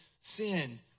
sin